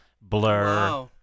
Blur